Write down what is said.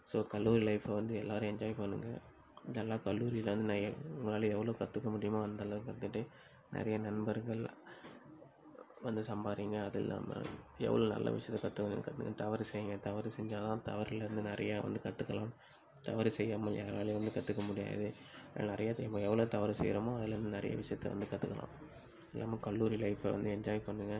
so கல்லூரி லைஃபை வந்து எல்லாரும் என்ஜாய் பண்ணுங்கள் இதெலாம் கல்லூரியில வந்து நான் ஏ உங்களால் எவ்வளோ கற்றுக்க முடியுமோ அந்தளவுக்கு கற்றுட்டு நிறைய நண்பர்கள் வந்து சம்பாரிங்க அதுல்லாம எவ்வளோ நல்ல விஷயத்தை கற்றுக்குனு கற்றுக்குனு தவறு செய்ங்க தவறு செஞ்சால் தான் தவறுலேருந்து நிறையா வந்து கற்றுக்கலாம் தவறு செய்யாமல் யாராலையும் வந்து கற்றுக்க முடியாது எல்லாரையும் எவ்வளோ தவறு செய்யறோமோ அதுலேருந்து நிறைய விஷயத்தை வந்து கற்றுக்கலாம் நம்ம கல்லூரி லைஃபை வந்து என்ஜாய் பண்ணுங்கள்